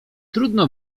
trudno